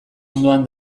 ondoan